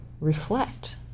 reflect